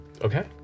Okay